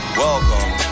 welcome